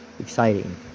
exciting